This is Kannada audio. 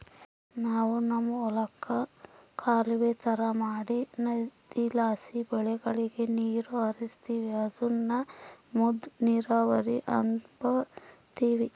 ನಾವು ನಮ್ ಹೊಲುಕ್ಕ ಕಾಲುವೆ ತರ ಮಾಡಿ ನದಿಲಾಸಿ ಬೆಳೆಗುಳಗೆ ನೀರು ಹರಿಸ್ತೀವಿ ಅದುನ್ನ ಮದ್ದ ನೀರಾವರಿ ಅಂಬತೀವಿ